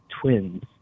twins